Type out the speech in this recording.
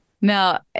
Now